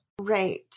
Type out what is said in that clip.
Right